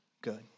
good